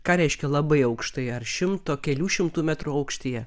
ką reiškia labai aukštai ar šimto kelių šimtų metrų aukštyje